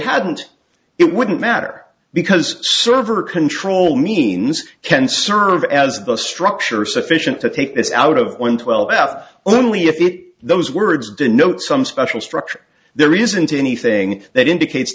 hadn't it wouldn't matter because server control means can serve as the structure sufficient to take this out of one twelfth only if those words denote some special there isn't anything that indicates